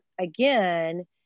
again